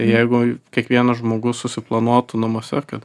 jeigu kiekvienas žmogus susiplanuotų namuose kad